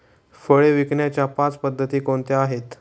फळे विकण्याच्या पाच पद्धती कोणत्या आहेत?